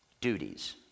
duties